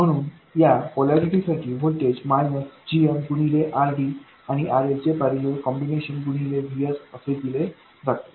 म्हणून या पोलैरिटी साठी व्होल्टेज gmगुणिले RDआणि RLचे पैरलेल कॉम्बिनेशन गुणिले VS असे दिले जाते